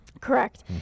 Correct